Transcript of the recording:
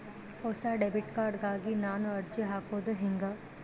ಹೊಸ debit card ಗಾಗಿ ನಾನು ಅರ್ಜಿ ಹಾಕೊದು ಹೆಂಗ?